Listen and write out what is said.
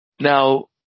Now